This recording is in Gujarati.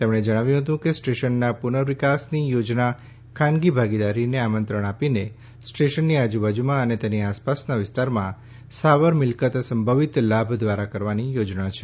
તેમણે જણાવ્યું હતું કે સ્ટેશનના પુનર્વિકાસની યોજના ખાનગી ભાગીદારીને આમંત્રણ આપીને સ્ટેશનની આજુબાજુમાં અને તેની આસપાસના વિસ્તારમાં સ્થાવર મિલકત સંભવિત લાભ દ્વારા કરવાની યોજના છે